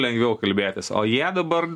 lengviau kalbėtis o jie dabar